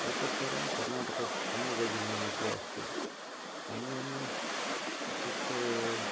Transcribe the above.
एतत् सर्वं कर्नाटके शिवमोग्गाजिल्ला मध्ये अस्ति अन्यान्यत् इत्युक्ते